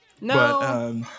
No